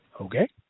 Okay